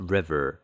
River，